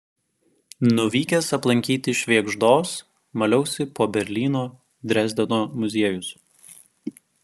nuvykęs aplankyti švėgždos maliausi po berlyno drezdeno muziejus